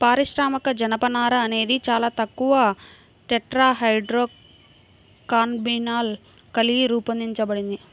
పారిశ్రామిక జనపనార అనేది చాలా తక్కువ టెట్రాహైడ్రోకాన్నబినాల్ కలిగి రూపొందించబడింది